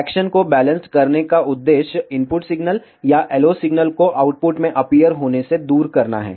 action को balanced करने का उद्देश्य इनपुट सिग्नल या LO सिग्नल को आउटपुट में अपीयर होने से दूर करना है